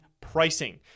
pricing